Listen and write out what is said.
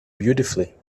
beautifully